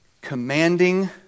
commanding